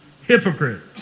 Hypocrite